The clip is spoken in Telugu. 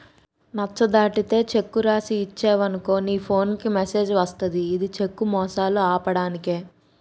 నచ్చ దాటితే చెక్కు రాసి ఇచ్చేవనుకో నీ ఫోన్ కి మెసేజ్ వస్తది ఇది చెక్కు మోసాలు ఆపడానికే